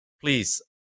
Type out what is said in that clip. please